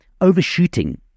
overshooting